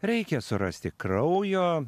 reikia surasti kraujo